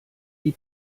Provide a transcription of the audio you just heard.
die